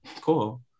Cool